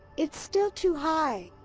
it's still too high.